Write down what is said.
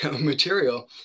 material